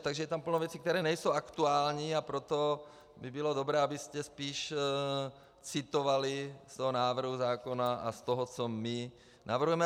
Takže je tam plno věcí, které nejsou aktuální, a proto by bylo dobré, abyste spíš citovali z návrhu zákona a z toho, co my navrhujeme.